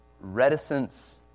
reticence